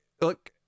look